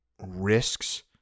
risks